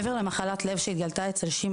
מעבר למחלת לב שהתגלתה אצל ש',